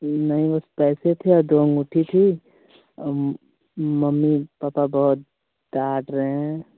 नहीं कुछ पैसे थे दो अंगूठी थी और मम्मी पापा बहुत डाँट रहे हैं